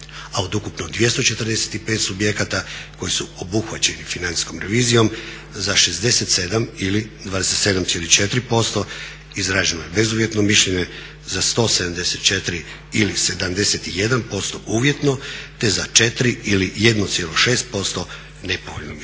a od ukupno 245 subjekata koji su obuhvaćeni financijskom revizijom za 67 ili 27,4% izraženo je bezuvjetno mišljenje, za 174 ili 71% uvjetno, te za 4 ili 1,6% nepovoljno mišljenje.